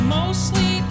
mostly